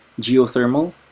geothermal